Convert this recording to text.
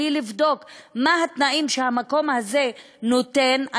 בלי לבדוק מה התנאים שהמקום הזה נותן,